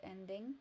ending